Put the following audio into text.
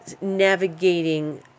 navigating